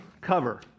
cover